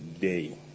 day